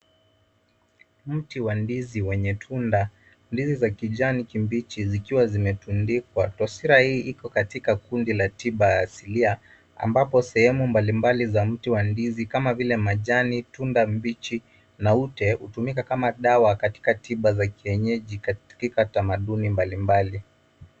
Mti wa ndizi wenye tunda, ndizi za kijani kibichi zikiwa zimetundikwa. Taswira hii iko katika kundi la tiba asilia ambapo sehemu mbali mbali za mti wa ndizi kama vile majani, tunda mbichi, na ute, hutumika kama dawa katika tiba za kienyeji katika tamaduni mbali mbali.